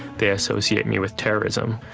they associate me with terrorism.